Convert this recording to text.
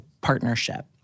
partnership